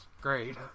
great